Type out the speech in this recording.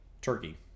turkey